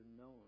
known